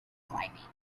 climate